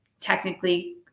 technically